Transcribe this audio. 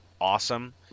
awesome